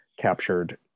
captured